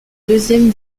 deuxième